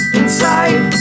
inside